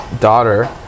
daughter